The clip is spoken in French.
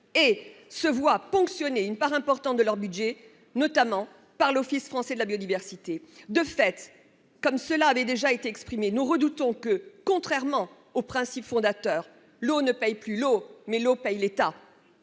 et se voient ponctionner une part importante de leur budget, notamment par l'Office français de la biodiversité (OFB). De fait, comme cela a déjà été exprimé, nous redoutons que, contrairement au principe fondateur, l'eau ne paye plus l'eau, mais que l'eau paye l'État.